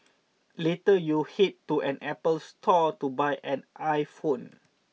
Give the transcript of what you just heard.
later you head to an Apple store to buy an iPhone